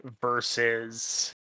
versus